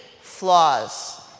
flaws